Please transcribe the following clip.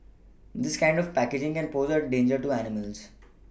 this kind of packaging can pose a danger to animals